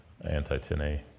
anti-10A